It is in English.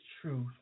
truth